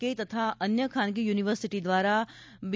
કે તથા અન્ય ખાનગી યુનિવર્સિટી દ્વારા બી